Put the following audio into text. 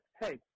hey